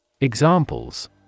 Examples